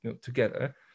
together